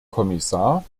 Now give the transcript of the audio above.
kommissar